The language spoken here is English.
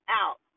out